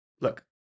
look